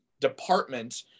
department